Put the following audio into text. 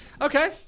okay